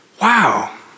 wow